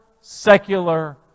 secular